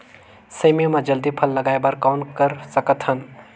सेमी म जल्दी फल लगाय बर कौन कर सकत हन?